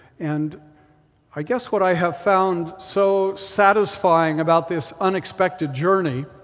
and i guess what i have found so satisfying about this unexpected journey